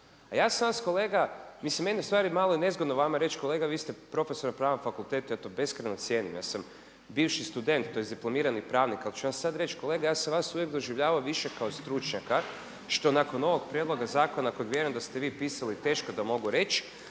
A ja sam vas kolega, mislim mene je ustvari malo i nezgodno vama reći kolega vi ste profesor Pravnog fakulteta, ja to beskrajno cijenim, ja sam bivši student, tj. diplomirani pravnik ali ću vam sad reći kolega ja sam vas uvijek doživljavao više kao stručnjaka što nakon ovog prijedloga zakona kojeg vjerujem da ste vi pisali teško da mogu reći.